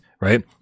right